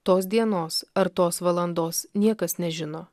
tos dienos ar tos valandos niekas nežino